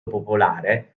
popolare